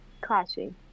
clashing